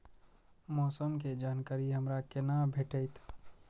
मौसम के जानकारी हमरा केना भेटैत?